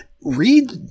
Read